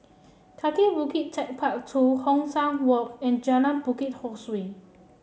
Kaki Bukit TechparK Two Hong San Walk and Jalan Bukit Ho Swee